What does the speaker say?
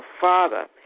father